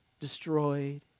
destroyed